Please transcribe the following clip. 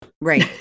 Right